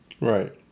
Right